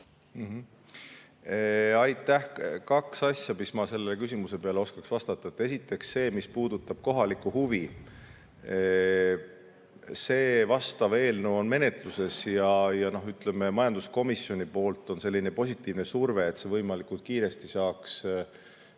Aitäh! Kaks asja, mis ma selle küsimuse peale oskaks vastata. Esiteks see, mis puudutab kohalikku huvi. Vastav eelnõu on menetluses ja, ütleme, majanduskomisjoni poolt on selline positiivne surve, et see võimalikult kiiresti saaks